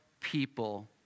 people